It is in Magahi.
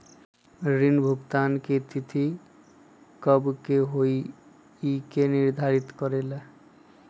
ऋण भुगतान की तिथि कव के होई इ के निर्धारित करेला?